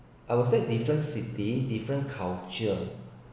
I would say different city different culture